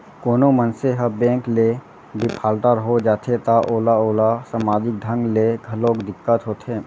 कोनो मनसे ह बेंक ले डिफाल्टर हो जाथे त ओला ओला समाजिक ढंग ले घलोक दिक्कत होथे